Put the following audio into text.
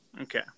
Okay